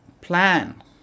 plan